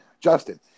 Justin